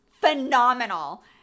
phenomenal